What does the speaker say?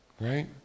Right